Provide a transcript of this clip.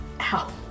ow